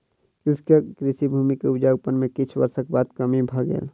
कृषकक कृषि भूमि के उपजाउपन में किछ वर्षक बाद कमी भ गेल